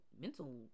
mental